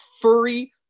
furry